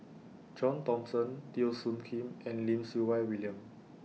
John Thomson Teo Soon Kim and Lim Siew Wai William